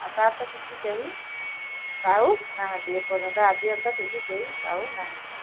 ଆଉ ତା'ର ତ କିଛି କେହି ପାଉନାହାନ୍ତି ଏପର୍ଯ୍ୟନ୍ତ ଆଦ୍ୟନ୍ତ କିଛି କେହି ପାଉନାହାନ୍ତି